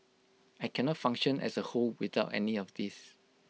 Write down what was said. I cannot function as A whole without any one of these